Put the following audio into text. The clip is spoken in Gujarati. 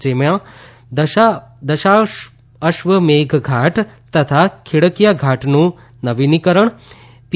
જેમાં દશાશ્વમેઘ ઘાટ તથા ખીડકીયા ઘાટનું નવીનીકરણ પી